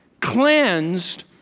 cleansed